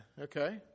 Okay